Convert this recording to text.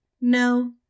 no